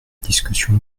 discussions